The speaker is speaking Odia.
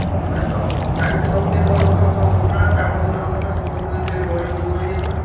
ଓଃ ହ ତମେ ତ ଗାଡ଼ିରେ ସବୁ ତେଲ୍ ଭରି ଦଉଥିବ ତମେ କାଁଣା ପାଇବ ସେନ ହ ତମେ ସବୁ ତ ତେଲ୍ ଭରି ବୁଲୁଛ କି ତମେ